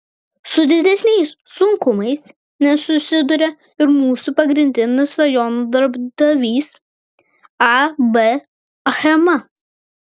su didesniais sunkumais nesusiduria ir mūsų pagrindinis rajono darbdavys ab achema